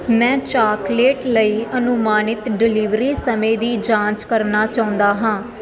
ਮੈਂ ਚਾਕਲੇਟ ਲਈ ਅਨੁਮਾਨਿਤ ਡਿਲੀਵਰੀ ਸਮੇਂ ਦੀ ਜਾਂਚ ਕਰਨਾ ਚਾਹੁੰਦਾ ਹਾਂ